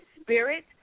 spirit